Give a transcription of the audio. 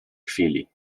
chwili